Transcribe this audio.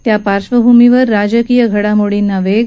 या पार्श्वभूमीवर राजकीय घडामोडींना वेग